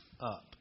up